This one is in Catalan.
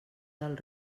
del